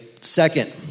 second